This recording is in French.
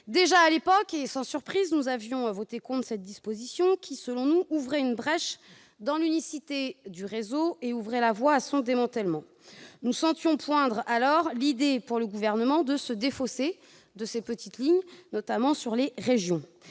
Déjà à l'époque, et sans surprise, nous avions voté contre cette disposition qui ouvrait une brèche dans l'unicité du réseau et la voie à son démantèlement. Nous sentions poindre, alors, l'idée du Gouvernement de se défausser des petites lignes, notamment sur les régions.